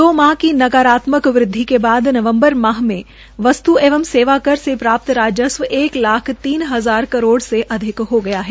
दो माह की नकारात्मक वृद्वि के बाद नवम्बर माह में वस्तु एवं सेवा कर से प्राप्त राजस्व एक लाख तीन हजार करोड़ से अधिक हो गया है